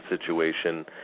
situation